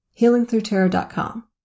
HealingThroughTarot.com